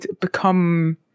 become